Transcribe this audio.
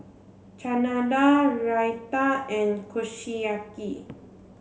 Chana Dal Raita and Kushiyaki